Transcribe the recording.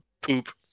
Poop